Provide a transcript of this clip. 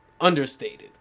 understated